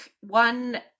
one